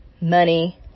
money